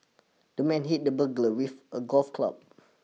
the man hit the burglar with a golf club